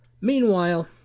Meanwhile